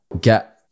get